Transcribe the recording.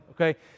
okay